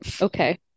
Okay